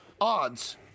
odds